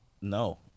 No